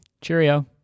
cheerio